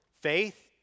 Faith